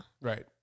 right